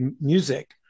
music